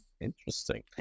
Interesting